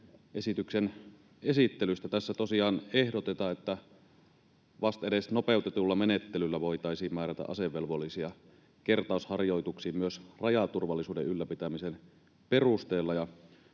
esityksen esittelystä. Tässä tosiaan ehdotetaan, että vastedes nopeutetulla menettelyllä voitaisiin määrätä asevelvollisia kertausharjoituksiin myös rajaturvallisuuden ylläpitämisen perusteella.